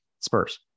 Spurs